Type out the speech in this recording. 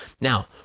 Now